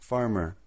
Farmer